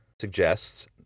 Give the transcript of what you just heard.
suggests